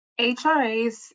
HRAs